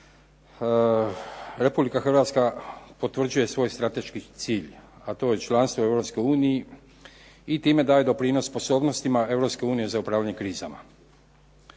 Republika Hrvatska potvrđuje svoj strateški cilj, a to je članstvo Europskoj uniji i time daje doprinos sposobnostima Europske unije za upravljanje krizama.